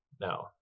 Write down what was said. now